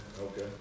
Okay